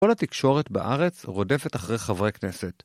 כל התקשורת בארץ רודפת אחרי חברי כנסת.